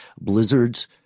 blizzards